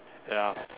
ya